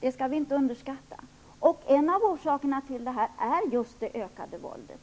Det skall vi inte underskatta. En av orsakerna är det ökade våldet.